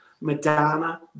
Madonna